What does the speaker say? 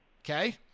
Okay